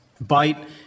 bite